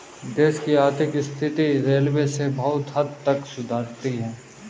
देश की आर्थिक स्थिति रेलवे से बहुत हद तक सुधरती है